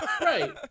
Right